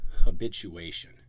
habituation